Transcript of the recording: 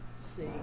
see